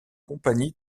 compagnie